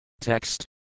Text